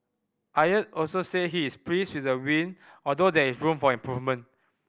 aide also said he is pleased with the win although there is room for improvement